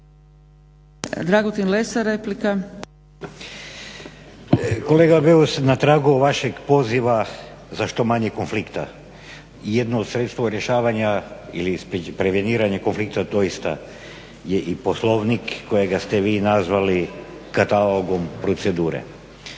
Stranka rada)** Kolega Beus na tragu vašeg poziva za što manje konflikta jedno sredstvo rješavanja ili preveniranja konflikta doista je i Poslovnik kojega ste vi nazvali katalogom procedure.